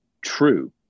true